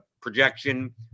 projection